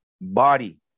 body